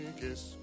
kiss